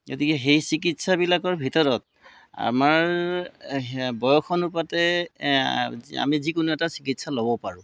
গতিকে সেই চিকিৎসাবিলাকৰ ভিতৰত আমাৰ হে বয়স অনুপাতে আমি যিকোনো এটা চিকিৎসা ল'ব পাৰোঁ